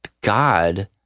God